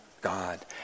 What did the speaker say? God